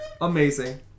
amazing